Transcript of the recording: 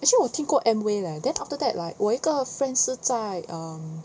actually 我听过 Amway leh then after that like 我一个 friend 是在 um